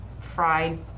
fried